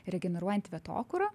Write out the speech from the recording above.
regeneruojanti vietokūra